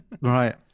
right